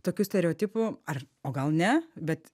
tokių stereotipų ar o gal ne bet